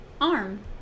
Arm